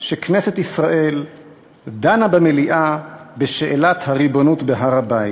שכנסת ישראל דנה במליאה בשאלת הריבונות בהר-הבית.